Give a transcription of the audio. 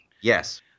Yes